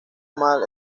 mal